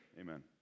amen